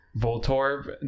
Voltorb